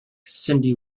cyndi